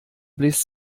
bläst